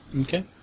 Okay